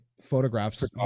photographs